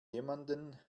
jemanden